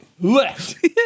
left